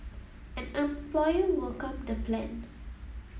an employer welcomed the plan